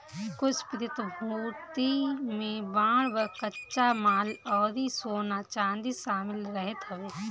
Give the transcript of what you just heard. कुछ प्रतिभूति में बांड कच्चा माल अउरी सोना चांदी शामिल रहत हवे